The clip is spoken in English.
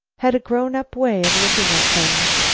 had a grown-up way of looking at things.